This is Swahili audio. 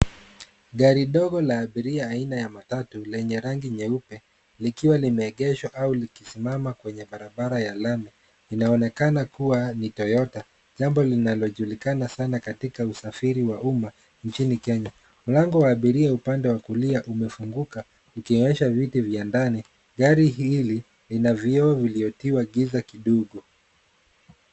Gari dogo la abiria aina ya matatu lenye rangi nyeupe likiwa limeegeshwa au likisimama kwenye barabara ya lami inaonekana kuwa ni Toyota. Jambo linalojulikana sana katika usafiri wa uma nchini Kenya. Mlango wa abiria upande wa kulia umefunguka ukionyesha viti vya ndani. Gari hili lina vioo vilivyotiwa giza kidogo.